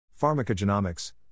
Pharmacogenomics